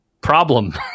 problem